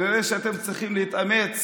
כנראה שאתם צריכים להתאמץ